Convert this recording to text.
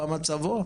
מה מצבו?